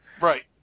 Right